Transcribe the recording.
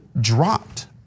dropped